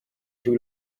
too